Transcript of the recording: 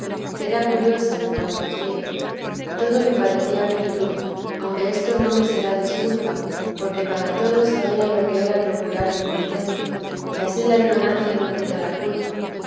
era curiosa en cuanto hacía todo me parecía virtud aunque esto no me será disculpa porque para todo sabía lo que era procurar mi contento y ansí la ignorancia no quita la culpa